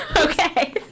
okay